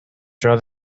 draw